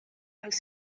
els